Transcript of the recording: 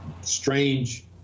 strange